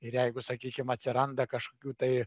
ir jeigu sakykim atsiranda kažkokių tai